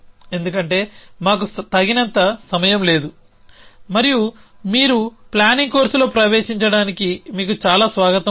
ఎందుకంటే మాకు తగినంత సమయం లేదు మరియు మీరు ప్లానింగ్ కోర్సులో ప్రవేశించడానికి మీకు చాలా స్వాగతం ఉంది